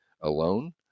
alone